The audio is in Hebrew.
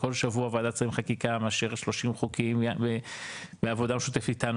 וכל שבוע ועדת שרים לחקיקה מאשרת 30 חוקים ועבודה משותפת איתנו